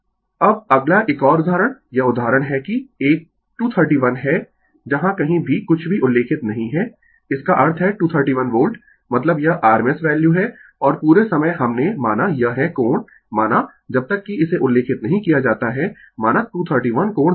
Refer Slide Time 170 अब अगला एक और उदाहरण यह उदाहरण है कि एक 231 है जहाँ कही भी कुछ भी उल्लेखित नहीं है इसका अर्थ है 231 वोल्ट मतलब यह RMS वैल्यू है और पूरे समय हमने माना यह है कोण माना जब तक कि इसे उल्लेखित नहीं किया जाता है माना 231 कोण 0 o